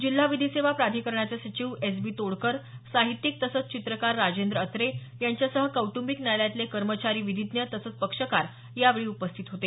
जिल्हा विधी सेवा प्राधिकरणाचे सचिव एस बी तोडकर साहित्यिक तसंच चित्रकार राजेंद्र अत्रे यांच्यासह कौटंबिक न्यायालयातले कर्मचारी विधिज्ञ तसंच पक्षकार यावेळी उपस्थित होते